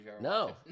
No